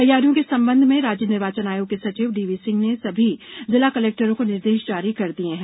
तैयारियों के संबंध में राज्य निर्वाचन आयोग के सचिव डीवी सिंह ने सभी जिला कलेक्टरों को निर्देश जारी कर दिये हैं